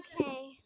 Okay